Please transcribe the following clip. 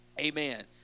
Amen